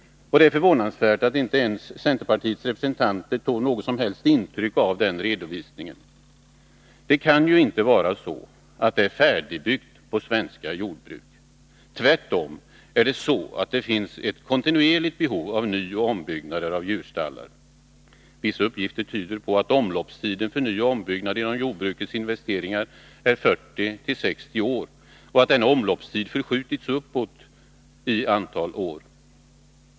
Det är förvånansvärt att inte ens centerpartiets representanter tog något som helst intryck av den redovisningen. Det kan ju inte vara så att det är färdigbyggt på svenska jordbruk. Tvärtom är det så att det finns ett kontinuerligt behov av nyoch ombyggnader av djurstallar. Vissa uppgifter tyder på att omloppstiden för nyoch ombyggnad i fråga om jordbrukets investeringar är 40-60 år och att denna omloppstid förskjutits uppåt i antal år.